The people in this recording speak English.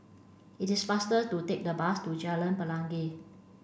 it is faster to take the bus to Jalan Pelangi